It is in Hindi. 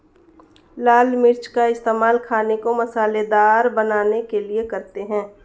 लाल मिर्च का इस्तेमाल खाने को मसालेदार बनाने के लिए करते हैं